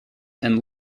and